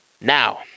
Now